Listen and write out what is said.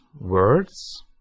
words